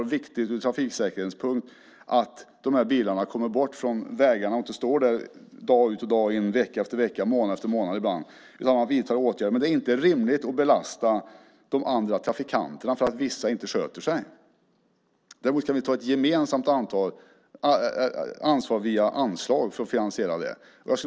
Det är viktigt ur trafiksäkerhetssynpunkt att de här bilarna kommer bort från vägarna och inte står där dag ut och dag in, vecka efter vecka och månad efter månad ibland utan att man vidtar några åtgärder. Men det är inte rimligt att belasta de andra trafikanterna för att vissa inte sköter sig. Däremot kan vi ta ett gemensamt ansvar och finansiera detta via anslag.